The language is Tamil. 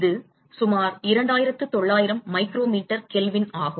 இது சுமார் 2900 மைக்ரோ மீட்டர் கெல்வின் ஆகும்